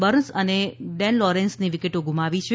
burns અને Dan લોરેન્સની વિકેટો ગુમાવી છે